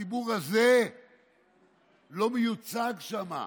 והציבור הזה לא מיוצג שם,